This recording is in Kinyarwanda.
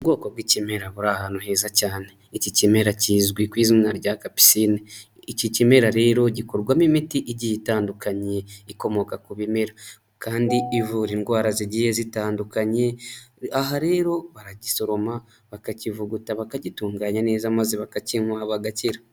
Ubwoko bw'ikimera buri ahantu heza cyane. Iki kimera kizwi ku izina rya kapusine. Iki kimera rero gikorwamo imiti igiye itandukanye ikomoka ku bimera kandi ivura indwara zigiye zitandukanye, aha rero baragisoroma bakakivuguta bakagitunganya neza maze bakakinywa bagakira.